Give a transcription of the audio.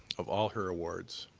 of all her awards,